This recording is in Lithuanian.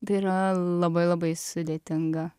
tai yra labai labai sudėtinga